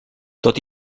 tot